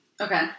Okay